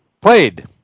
played